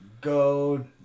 go